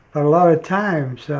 a lot of times